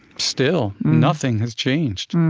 still. nothing has changed.